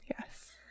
Yes